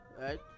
right